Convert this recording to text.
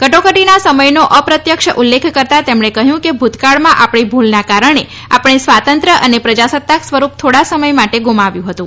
કટોકટીના સમયનો અપ્રત્યક્ષ ઉલ્લેખ કરતાં તેમણે કહ્યું હતું કે ભૂતકાળમાં આપણી ભૂલના કારણે આપણે સ્વાતંત્ર્થ અને પ્રજાસત્તાક સ્વરૂપ થોડા સમય માટે ગુમાવ્યું હતું